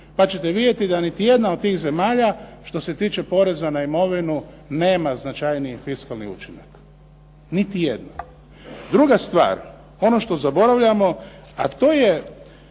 pa ćete vidjeti da niti jedna od tih zemalja što se tiče poreza na imovinu, nema značajniji fiskalni učinak. Niti jedna. Druga stvar, ono što zaboravljamo, a to je